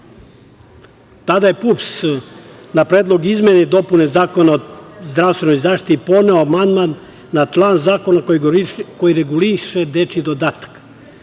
Tada je PUPS na Predlog izmena i dopuna Zakona o zdravstvenoj zaštiti podneo amandman na član zakona koji reguliše dečiji dodatak,